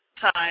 time